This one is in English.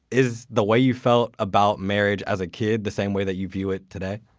is the way you felt about marriage as a kid, the same way that you view it today?